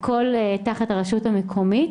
הכל תחת הרשות המקומית.